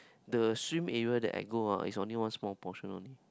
the swim area that I go ah is only one small portion only